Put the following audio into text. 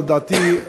לדעתי,